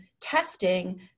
testing